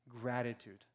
gratitude